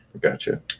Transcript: Gotcha